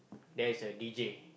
there is a D_J